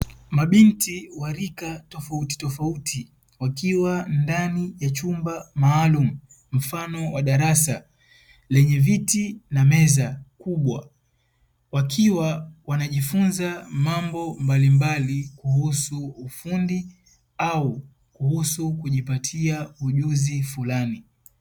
Mabinti wa rika tofautitofauti wakiwa ndani ya chumba maalumu, mfano wa darasa. Lenye viti na meza kubwa, wakiwa wanajifunza mambo mbalimbali kuhusu ufundi au kuhusu kujipatia ujuzi fulani.